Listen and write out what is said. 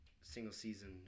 single-season